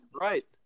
right